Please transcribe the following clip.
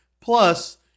Plus